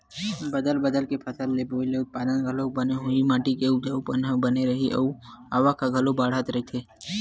बदल बदल के फसल बोए ले उत्पादन घलोक बने होही, माटी के उपजऊपन ह बने रइही अउ आवक ह घलोक बड़ाथ रहीथे